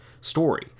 story